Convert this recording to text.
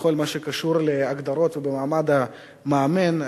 בכל מה שקשור להגדרות ולמעמד המאמן.